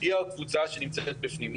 היא הקבוצה שנמצאת בפנים.